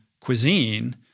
cuisine